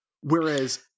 Whereas